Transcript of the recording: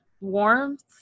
warmth